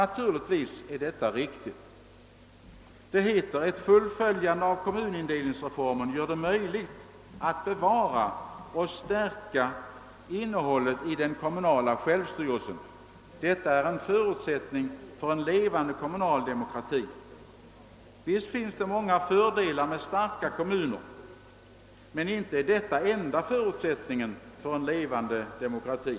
Naturligtvis är detta riktigt. I propositionen heter det: »Ett fullföljande av kommunindelningsreformen gör det möjligt att bevara och stärka innehållet i den kommunala självstyrelsen. ——— Detta är en förutsättning för en ledande kommunal demokrati.» Visst finns det många fördelar med starka kommuner. Men inte är detta den enda förutsättningen för en levande demokrati.